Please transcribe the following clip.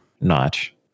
notch